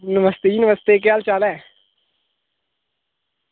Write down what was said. नमस्ते जी नमस्ते केह् हाल चाल ऐ